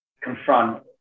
confront